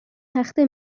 تخته